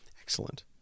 Excellent